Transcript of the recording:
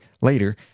later